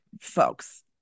folks